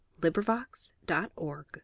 LibriVox.org